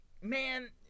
man